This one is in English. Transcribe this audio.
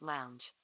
Lounge